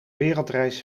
wereldreis